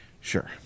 sure